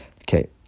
Okay